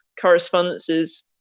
correspondences